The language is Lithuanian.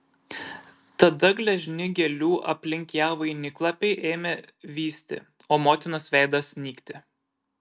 tada gležni gėlių aplink ją vainiklapiai ėmė vysti o motinos veidas nykti